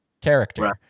character